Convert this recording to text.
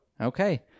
Okay